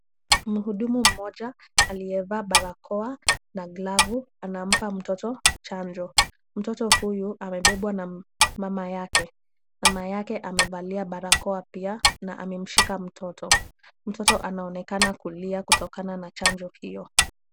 Mhudumu mmoja aliyevaa barakoa na glavu anampa mtoto chanjo. Mtoto huyu amebewa na mama yake. Mama yake amevalia barakoa pia na amemshika mtoto. Mtoto anaonekana kulia kutokana na chanjo hiyo.